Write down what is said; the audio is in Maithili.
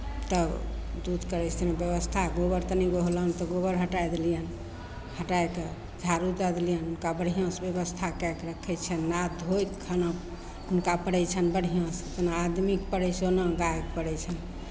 तब दूध करै छथिन व्यवस्था गोबर तनि रहलनि तऽ गोबर हटाय देलियनि हटाय कऽ झाड़ू दऽ देलियनि हुनका बढ़िआँसँ व्यवस्था कए कऽ रखै छियनि नादि धोए कऽ खाना हुनका पड़ै छनि बढ़िआँसँ जेना आदमीकेँ पड़ै छै ओना गायके पड़ै छनि